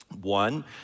One